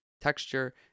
texture